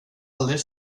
aldrig